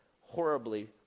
horribly